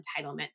entitlement